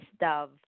dove